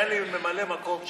היה לי ממלא מקום כשהייתי,